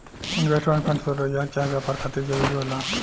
investment fund स्वरोजगार चाहे व्यापार खातिर जरूरी होला